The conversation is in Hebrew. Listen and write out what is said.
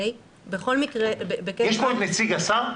נמצא כאן נציג השר?